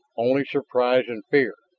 only surprise and fear